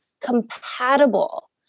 compatible